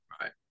Right